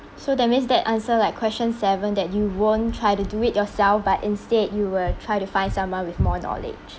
so that means that answer like question seven that you won't try to do it yourself but instead you will try to find someone with more knowledge